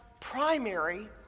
primary